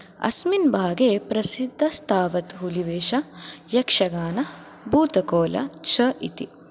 अस्मिन् भागे प्रसिद्धस्तावत् हुलिवेश यक्षगान भूतकोला च इति